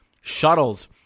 Shuttles